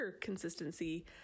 consistency